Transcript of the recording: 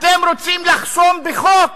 אתם רוצים לחסום בחוק